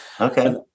Okay